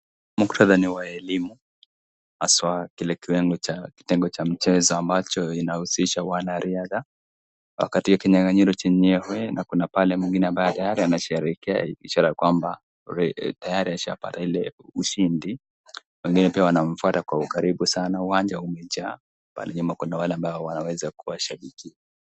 Muktadha ni wa elimu, haswa kile kiwango cha kitengo cha mchezo ambacho inahusisha wanariadha. Wako katika kinyang'anyiro chenyewe na kuna pale mwingine ambaye tiyari anasherehekea ishara kwamba, tayari ashapata ile ushindi. Mwingine pia wanamfuata kwa ukaribu sana. Uwanja umejaa. Pale nyuma kuna wale ambao waweze kuwashabiki.